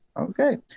Okay